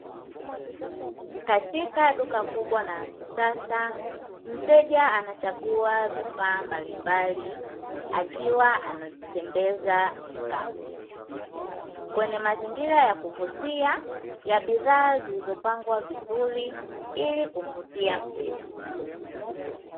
Katika duka kubwa na la kisasa mteja anachagua vifaa mbalimbali, akiwa anatembeza kikapu kwenye mazingira ya kuvutia ya bidhaa zilizopangwa vizuri ili kuvutia mteja.